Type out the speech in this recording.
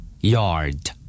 yard